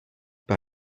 par